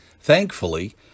Thankfully